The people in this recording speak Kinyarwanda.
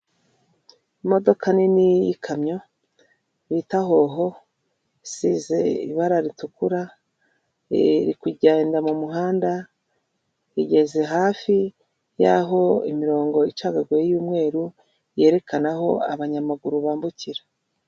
Imodoka nini yikamyo bita hoho isize ibara ritukura, iri kugenda mu muhanda, igeze hafi y'aho imirongo icagaguye y'umweru yerekana aho abanyamaguru bambukira.